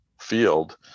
field